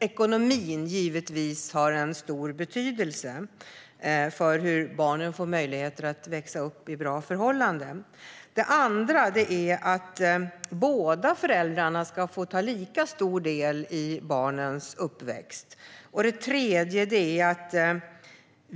Ekonomin har givetvis en stor betydelse för hur barnen får möjlighet att växa upp under bra förhållanden. Båda föräldrar ska få ta lika stor del av barnens uppväxt.